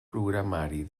programari